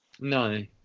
No